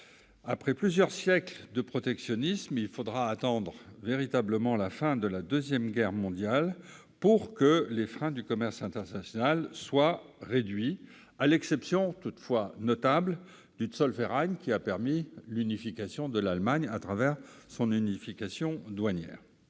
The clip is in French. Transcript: Après plusieurs siècles de protectionnisme, il a fallu attendre véritablement la fin de la Seconde Guerre mondiale pour que les freins au commerce international soient réduits, à l'exception notable du qui a permis l'unification de l'Allemagne au travers de son unification douanière.